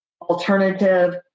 alternative